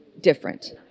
different